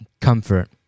comfort